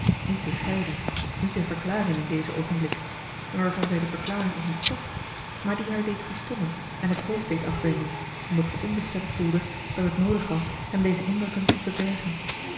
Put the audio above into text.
niet te scheiden niet te verklaren in dezen oogenblik en waarvan zij de verklaring ook niet zocht maar die haar deed verstommen en het hoofd deed afwenden omdat zij onbestemd voelde dat het noodig was hem deze indrukken te verbergen